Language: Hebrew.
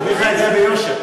הרוויחה את זה ביושר.